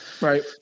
right